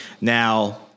now